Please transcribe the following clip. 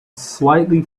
slightly